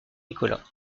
nicolas